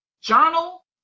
journal